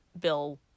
bill